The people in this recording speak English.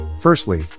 firstly